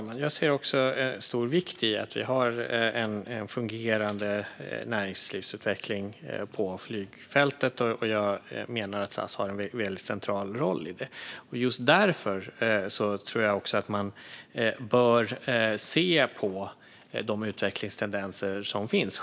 Fru talman! Jag lägger stor vikt vid att det finns en fungerande näringslivsutveckling på flygfältet. Jag menar att SAS har en central roll där. Just därför tror jag att man bör se på de utvecklingstendenser som finns.